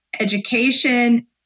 education